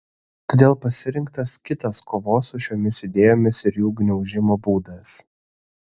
todėl pasirinktas kitas kovos su šiomis idėjomis ir jų gniaužimo būdas